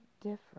different